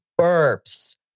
Burps